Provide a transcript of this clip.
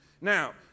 Now